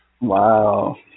Wow